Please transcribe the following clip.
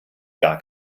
gar